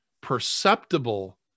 perceptible